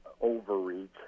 overreach